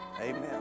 Amen